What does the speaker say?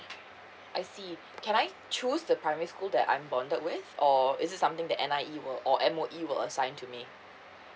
I see can I choose the primary school that I'm bonded with or is it something that N_I_E will or M_O_E will assign to me